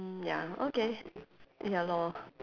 mm ya okay ya lor